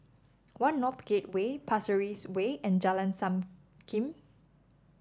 One North Gateway Pasir Ris Way and Jalan Sankam